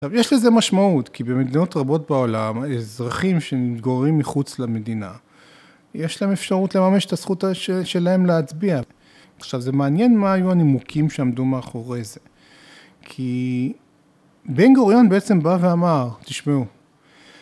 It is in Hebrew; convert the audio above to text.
יש לזה משמעות כי במדינות רבות בעולם אזרחים שמתגוררים מחוץ למדינה, יש להם אפשרות לממש את הזכות שלהם להצביע. עכשיו זה מעניין מה היו הנימוקים שעמדו מאחורי זה כי בן גוריון בעצם בא ואמר תשמעו